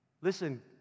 Listen